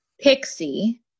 Pixie –